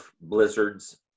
blizzards